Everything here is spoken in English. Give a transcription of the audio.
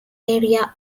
area